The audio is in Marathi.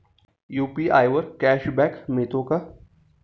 यु.पी.आय वर कॅशबॅक मिळतो का?